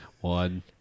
One